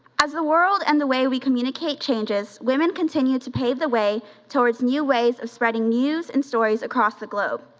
as the world and the way we communicate changes, women continue to pave the way towards new ways of spreading news and stories across the globe,